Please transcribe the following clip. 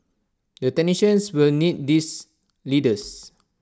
the technicians will need these leaders